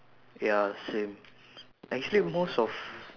ya same actually most of